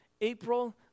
April